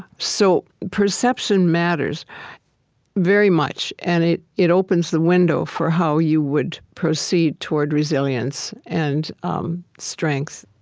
so perception matters very much, and it it opens the window for how you would proceed toward resilience and um strength